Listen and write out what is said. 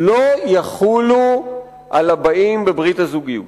לא יחולו על הבאים בברית הזוגיות.